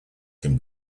can